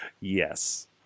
Yes